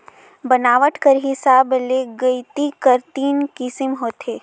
बनावट कर हिसाब ले गइती कर तीन किसिम होथे